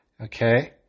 okay